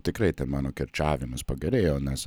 tikrai mano kirčiavimas pagerėjo nes